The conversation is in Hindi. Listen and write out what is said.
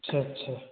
अच्छा अच्छा